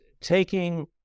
taking